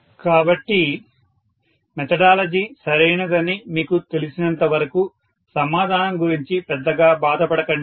కాబట్టి మెథడాలజీ సరైనదని మీకు తెలిసినంతవరకు సమాధానం గురించి పెద్దగా బాధపడకండి